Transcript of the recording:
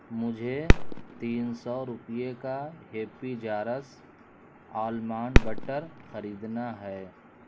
مجھے تین سو روپیے کا ہیپی جارس آلمانڈ بٹر خریدنا ہے